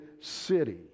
city